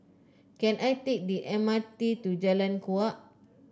can I take the M R T to Jalan Kuak